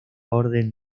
orden